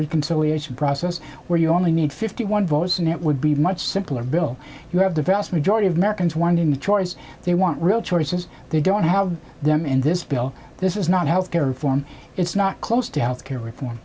n process where you only need fifty one votes and it would be much simpler bill you have the vast majority of americans wanting the choice they want real choices they don't have them in this bill this is not health care reform it's not close to health care reform